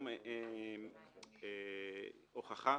הוכחה